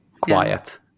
quiet